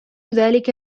ذلك